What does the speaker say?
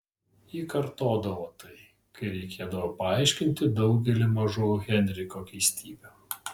ji kartodavo tai kai reikėdavo paaiškinti daugelį mažų henriko keistybių